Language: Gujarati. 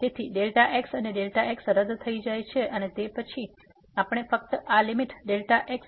તેથી x અને Δx રદ થઈ જાય છે અને તે પછી આપણે ફક્ત આ લીમીટ x